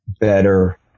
better